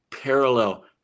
parallel